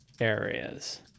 areas